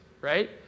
right